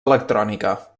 electrònica